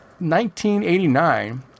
1989